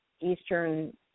Eastern